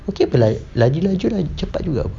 okay if like lagi laju lagi cepat juga